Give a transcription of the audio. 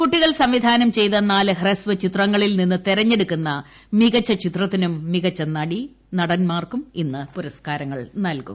കൂട്ടികൾ സംവിധാനം ചെയ്ത നാല് ഹ്രസ്ഥിത്രങ്ങളിൽ നിന്ന് തിരഞ്ഞെടുക്കുന്ന മികച്ച ചിത്രത്തിനും മികച്ച നടി നടന്മാർക്കും ഇന്ന് പുർസ്സ്കാർങ്ങൾ നൽകും